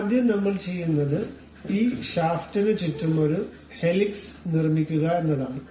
അതിനാൽ ആദ്യം നമ്മൾ ചെയ്യുന്നത് ഈ ഷാഫ്റ്റിന് ചുറ്റും ഒരു ഹെലിക്സ് നിർമ്മിക്കുക എന്നതാണ്